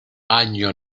año